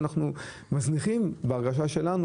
אם נשווה את זה למה שקורה בעולם וגם אל מול מה שנדרש מהם,